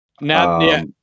Now